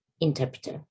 interpreter